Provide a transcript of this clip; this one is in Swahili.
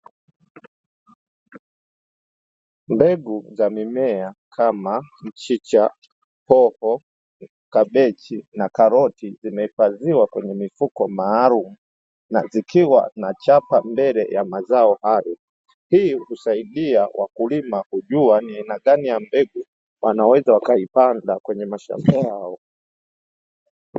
Mbegu za mimea kama mchicha, hoho, kabechi na karoti zimeifadhiwa kwenye mifuko maalumu na zikiwa na chapa mbele ya mazao hayo, hii husaidia wakulima kujua ni aina gani ya mbegu wanaweza wakaipanda kwenye mashamba yao.